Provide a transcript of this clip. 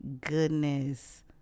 goodness